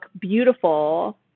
beautiful